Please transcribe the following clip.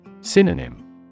Synonym